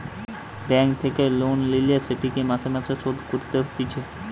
bank থেকে loan লিলে সেটিকে মাসে মাসে শোধ করতে হতিছে